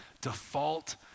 default